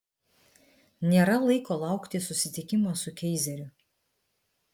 nėra laiko laukti susitikimo su keizeriu